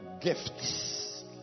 gifts